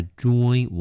join